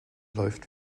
läuft